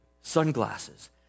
sunglasses